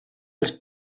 als